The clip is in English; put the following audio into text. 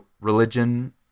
religion